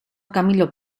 camilo